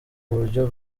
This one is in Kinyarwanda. buryo